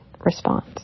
response